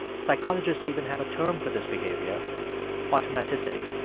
psychologists even have a term for this behavior automaticity